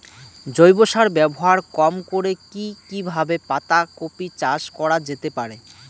জৈব সার ব্যবহার কম করে কি কিভাবে পাতা কপি চাষ করা যেতে পারে?